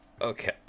okay